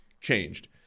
changed